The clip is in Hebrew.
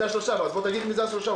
תגיד מי זה השלושה.